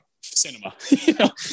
cinema